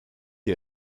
iyi